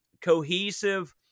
cohesive